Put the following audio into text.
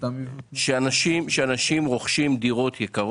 שאנשים רוכשים דירות יקרות,